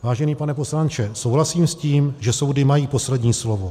Vážený pane poslanče, souhlasím s tím, že soudy mají poslední slovo.